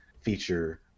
feature